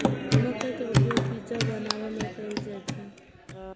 मकइ के उपयोग पिज्जा बनाबै मे कैल जाइ छै